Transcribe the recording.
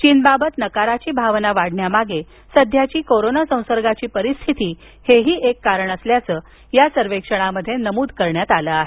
चीनबाबत नकाराची भावना वाढण्यामागे सध्याची कोरोना संसर्गाची परिस्थिती हेही एक कारण असल्याचं या सर्वेक्षणात म्हटलं आहे